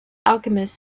alchemist